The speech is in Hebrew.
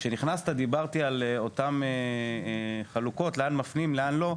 כשנכנסת דיברתי על אותן חלוקות לאן מפנים ולאן לא.